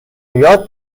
یاد